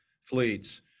fleets